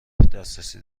دسترسی